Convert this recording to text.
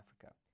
Africa